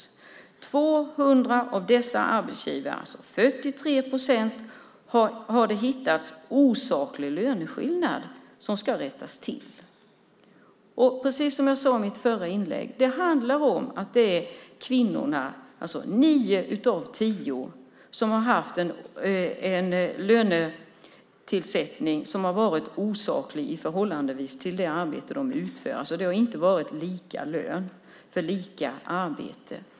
Hos 200 av dessa arbetsgivare, 43 procent, har man hittat osaklig löneskillnad som ska rättas till. Precis som jag sade i mitt förra inlägg handlar det om kvinnor. För nio av tio har det varit en osaklig lönesättning i förhållande till utfört arbete. Det har alltså inte varit lika lön för lika arbete.